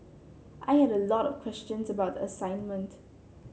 I had a lot of questions about the assignment